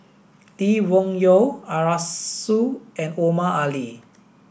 Lee Wung Yew Arasu and Omar Ali